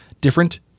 different